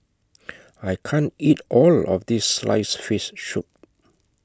I can't eat All of This Sliced Fish Soup